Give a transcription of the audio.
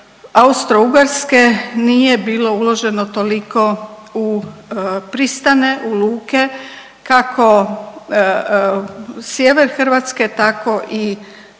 Austro-ugarske nije bilo uloženo toliko u pristane, u luke kako sjever Hrvatske, tako i